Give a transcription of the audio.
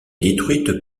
détruites